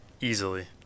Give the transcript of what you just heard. Easily